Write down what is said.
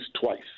twice